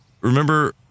Remember